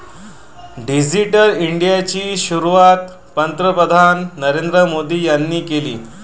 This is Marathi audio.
डिजिटल इंडियाची सुरुवात पंतप्रधान नरेंद्र मोदी यांनी केली